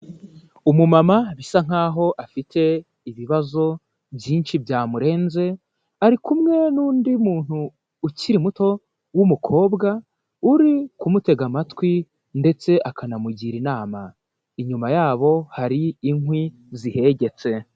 Umumama bisa nkaho afite ibibazo byinshi byamurenze, ari kumwe n'undi muntu ukiri muto w'umukobwa uri kumutega amatwi, ndetse akanamugira inama inyuma yabo hari inkwi zihegetse.